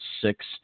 six